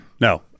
No